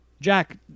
Jack